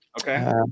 Okay